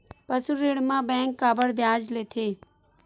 पशु ऋण म बैंक काबर ब्याज लेथे?